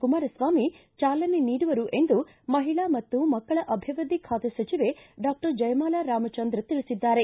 ಕುಮಾರಸ್ವಾಮಿ ಚಾಲನೆ ನೀಡುವರು ಎಂದು ಮಹಿಳಾ ಮತ್ತು ಮಕ್ಕಳ ಅಭಿವೃದ್ಧಿ ಖಾತೆ ಸಚಿವೆ ಡಾಕ್ಟರ್ ಜಯಮಾಲ ರಾಮಚಂದ್ರ ತಿಳಿಸಿದ್ದಾರೆ